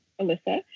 Alyssa